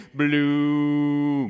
blue